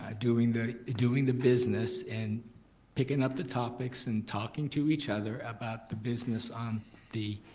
ah doing the doing the business and picking up the topics and talking to each other about the business on the